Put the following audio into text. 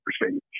percentage